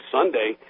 Sunday